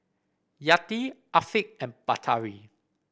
Yati Afiq and Batari